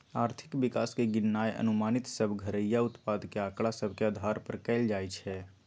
आर्थिक विकास के गिननाइ अनुमानित सभ घरइया उत्पाद के आकड़ा सभ के अधार पर कएल जाइ छइ